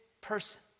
person